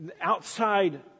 outside